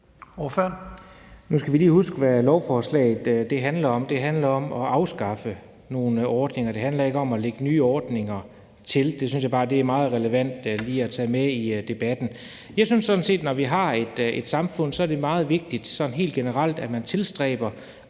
Nu skal vi lige huske, hvad lovforslaget handler om. Det handler om at afskaffe nogle ordninger, det handler ikke om at lægge nye ordninger til. Det synes jeg bare er meget relevant lige at tage med i debatten. Jeg synes sådan set, at når vi har et samfund, er det meget vigtigt sådan helt generelt, at man tilstræber